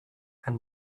and